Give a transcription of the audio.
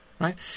right